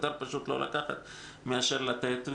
יותר פשוט לא לקחת מאשר לתת.